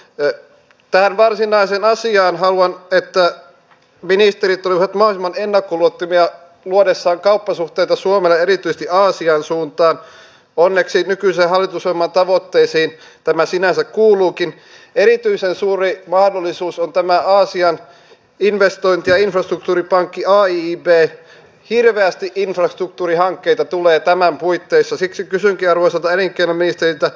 l tähän varsinaiseen asiaan salissa että ministerit tulevat maailman keino kuluttajia luodessaan kauppasuhteita suomelle tosiasia on se että te viette kaikkein eniten niiltä joilla valmiiksi on tämä aasian investointi ja infrastruktuuripankki aiiböö hirveästi vähiten kaikkein vähiten te viette ylimpään tulokymmenykseen kuuluvilta